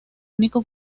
único